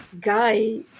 guy